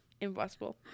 impossible